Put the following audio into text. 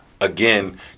again